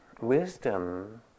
Wisdom